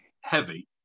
heavy